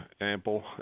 ample